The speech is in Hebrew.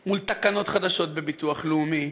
עם תקנות חדשות בביטוח הלאומי,